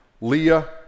Leah